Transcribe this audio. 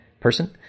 person